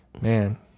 Man